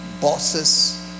bosses